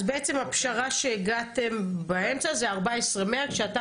אז בעצם הפשרה שהגעתם באמצע זה 14,100. כשאתה